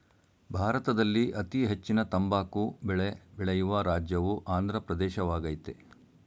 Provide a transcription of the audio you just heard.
ಭಾರತದಲ್ಲಿ ಅತೀ ಹೆಚ್ಚಿನ ತಂಬಾಕು ಬೆಳೆ ಬೆಳೆಯುವ ರಾಜ್ಯವು ಆಂದ್ರ ಪ್ರದೇಶವಾಗಯ್ತೆ